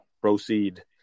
Proceed